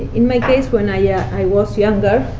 in my case, when i yeah i was younger,